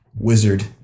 Wizard